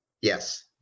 Yes